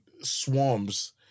swarms